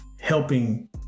helping